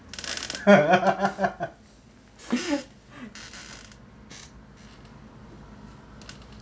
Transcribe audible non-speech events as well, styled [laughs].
[laughs]